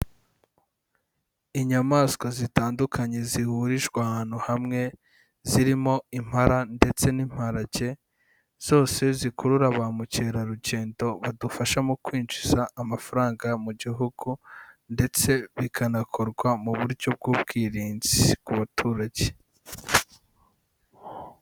Inyamaswa zitandukanye zihurijwe ahantu hamwe, zirimo impara ndetse n'imparage, zose zikurura ba mukerarugendo badufasha mu kwinjiza amafaranga mu gihugu ndetse bikanakorwa mu buryo bw'ubwirinzi ku baturage.